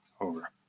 over